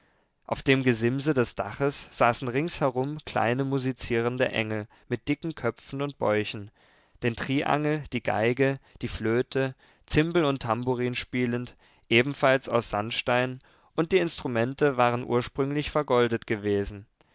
auf dem gesimse des daches saßen ringsherum kleine musizierende engel mit dicken köpfen und bäuchen den triangel die geige die flöte zimbel und tamburin spielend ebenfalls aus sandstein und die instrumente waren ursprünglich vergoldet gewesen